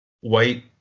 White